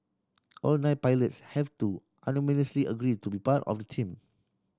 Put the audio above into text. all nine pilots have to unanimously agree to be part of the team